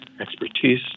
expertise